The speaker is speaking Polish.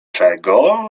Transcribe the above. czego